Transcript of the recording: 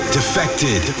Defected